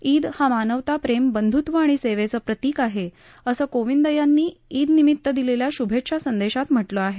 ईद हा मानवता प्रेम बंध्त्व आणि सेवेचं प्रतिक आहे असं कोविंद यांनी ईदनिमीत दिलेल्या शुभेच्छा संदेशात म्हटलं आहे